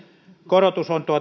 korotus on